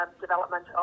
development